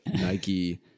Nike